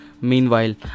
meanwhile